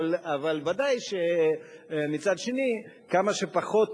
אבל ודאי שמצד שני יש כמה שפחות